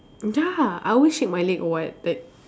ya I always shake my leg or what that